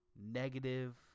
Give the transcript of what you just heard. negative